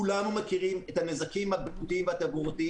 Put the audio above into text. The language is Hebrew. כולנו מכירים את הנזקים הבריאותיים והתברואתיים